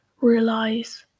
realize